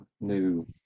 new